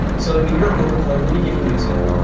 so you're a poker player. let me give you an example.